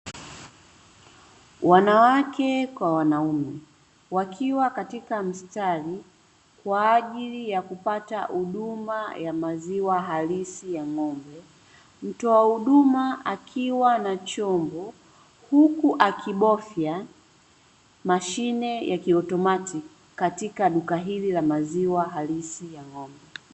Wanawake kwa wanaume wakiwa katika mstari kwa ajili ya kupata huduma ya maziwa halisi ya ng'ombe; mtoa huduma akiwa na chombo, huku akibofya mashine ya kiotomatiki katika duka hili la maziwa halisi ya ng'ombe.